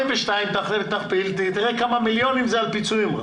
42,000 תכפיל ותראה כמה מיליונים מיועדים רק לפיצויים.